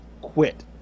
quit